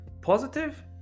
positive